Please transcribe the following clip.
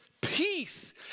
peace